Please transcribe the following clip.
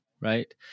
right